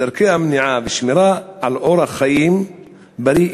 לדרכי המניעה ולשמירה על אורח חיים בריא,